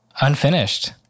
unfinished